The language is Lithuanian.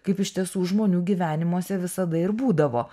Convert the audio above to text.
kaip iš tiesų žmonių gyvenimuose visada ir būdavo